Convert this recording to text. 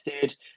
third